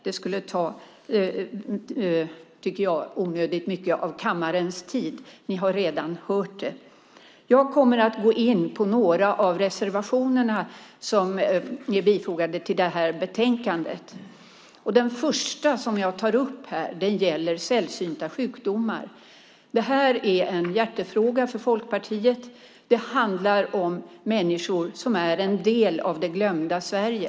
Det skulle ta onödigt mycket av kammarens tid, och ni har redan hört det. Jag kommer i stället att gå in på några av de reservationer som ni har fogat till betänkandet. Den första som jag tar upp gäller sällsynta sjukdomar. Det är en hjärtefråga för Folkpartiet. Det handlar om människor som är en del av det glömda Sverige.